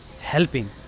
helping